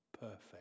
perfect